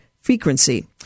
frequency